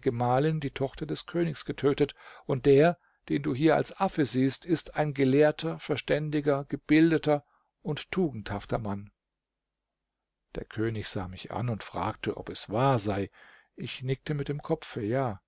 gemahlin die tochter des königs getötet und der den du hier als affe siehst ist ein gelehrter verständiger gebildeter und tugendhafter mann der könig sah mich an und fragte ob es wahr sei ich nickte mit dem kopfe ja